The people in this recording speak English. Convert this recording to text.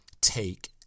Take